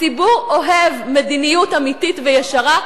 הציבור אוהב מדיניות אמיתית וישרה.